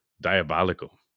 diabolical